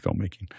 filmmaking